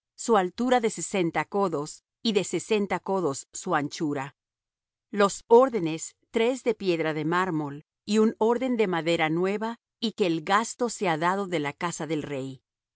su altura de sesenta codos y de sesenta codos su anchura los órdenes tres de piedra de mármol y un orden de madera nueva y que el gasto sea dado de la casa del rey